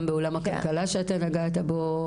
גם בעולם הכלכלה שאתה נגעת בו,